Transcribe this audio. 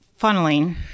funneling